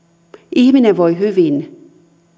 ihminen voi hyvin